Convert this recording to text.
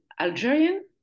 Algerian